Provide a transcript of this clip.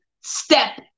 step